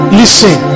listen